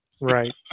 Right